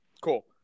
Cool